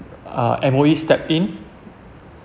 uh M_O_E stepped in